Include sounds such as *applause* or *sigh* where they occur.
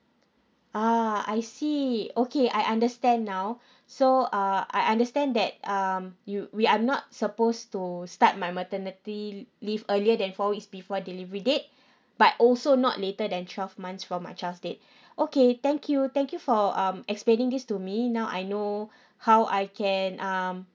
ah I see okay I understand now *breath* so uh I understand that um you we are not supposed to start my maternity l~ leave earlier than four weeks before I delivery date *breath* but also not later than twelve months from my child's date *breath* okay thank you thank you for um explaining this to me now I know how I can um